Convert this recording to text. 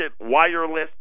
Wireless